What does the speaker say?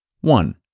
One